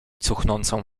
cuchnącą